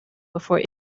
before